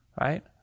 right